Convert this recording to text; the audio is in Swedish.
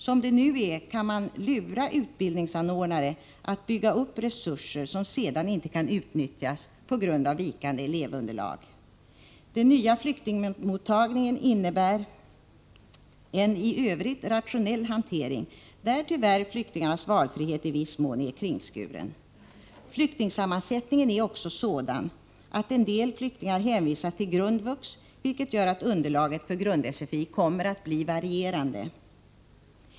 Som förslaget nu är utformat kan man lura utbildningsanordnare att bygga upp resurser, som sedan inte kan utnyttjas på grund av vikande elevunderlag. Den nya flyktingmottagningen innebär en i övrigt rationell hantering, där tyvärr flyktingarnas valfrihet i viss mån är kringskuren. Flyktingsammansättningen är också sådan att en del flyktingar hänvisas till grundvux, vilket gör att underlaget för grund-SFI blir varierande.